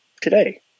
today